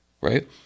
right